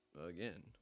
Again